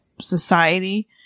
society